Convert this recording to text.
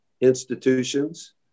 institutions